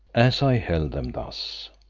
as i held them thus,